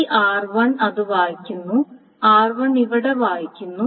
ഈ r1 അത് വായിക്കുന്നു r1 ഇവിടെ വായിക്കുന്നു